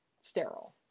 sterile